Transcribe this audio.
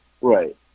Right